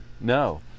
No